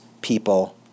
people